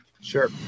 Sure